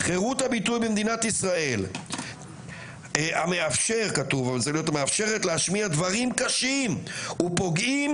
"חירות הביטוי במדינת ישראל המאפשרת להשמיע דברים קשים ופוגעים,